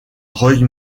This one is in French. rueil